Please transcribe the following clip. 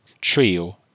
trio